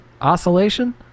oscillation